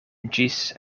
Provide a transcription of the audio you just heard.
ĝis